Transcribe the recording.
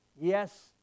Yes